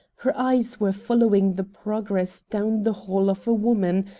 her eyes were following the progress down the hall of a woman,